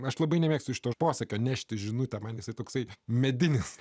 aš labai nemėgstu šito posakio nešti žinutę manęs toksai medinis